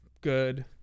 good